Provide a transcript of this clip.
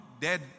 dead